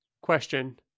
question